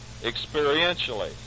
experientially